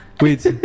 Wait